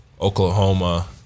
Oklahoma